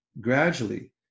gradually